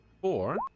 Four